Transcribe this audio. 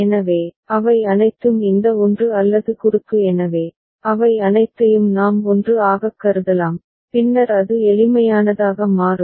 எனவே அவை அனைத்தும் இந்த 1 அல்லது குறுக்கு எனவே அவை அனைத்தையும் நாம் 1 ஆகக் கருதலாம் பின்னர் அது எளிமையானதாக மாறும்